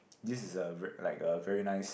this is a like a very nice